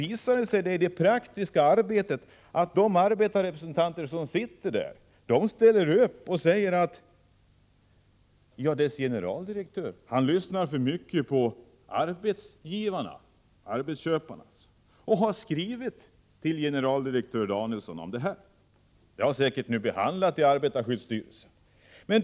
I det praktiska arbetet har det dock visat sig att arbetarrepresentanterna tycker att generaldirektören lyssnar för mycket på arbetsköparna, och de har skrivit till generaldirektör Danielsson om detta. Denna framställning är nu säkerligen behandlad inom arbetarskyddsstyrelsen.